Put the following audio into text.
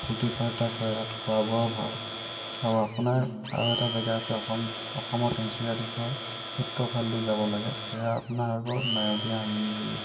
ফূৰ্তি ফাৰ্তা কৰে তাত খোৱা বোৱাও ভাল আৰু আপোনাৰ আৰু এটা জাগা আছে অসম অসমৰ তিনিচুকীয়াত দিশত উত্তৰ ফালদি যাব লাগে সেয়া আপোনাৰ হৈ গ'ল মায়দিয়া